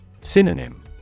Synonym